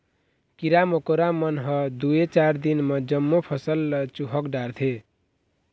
कीरा मकोरा मन ह दूए चार दिन म जम्मो फसल ल चुहक डारथे